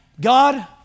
God